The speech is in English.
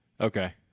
Okay